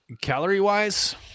Calorie-wise